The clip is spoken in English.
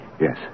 Yes